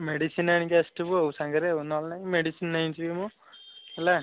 medicine ଆଣିକି ଆସିଥିବୁ ଆଉ ସାଙ୍ଗରେ ଆଉ ନହେଲେ ନାଇଁ ମେଡ଼ିସିନ୍ ନେଇଯିବି ମୁଁ ହେଲା